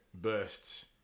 bursts